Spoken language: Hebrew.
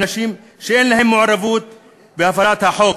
של אנשים שאין להם מעורבות בהפרת החוק,